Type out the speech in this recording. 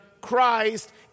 Christ